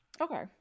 Okay